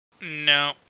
No